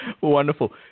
Wonderful